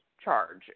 charge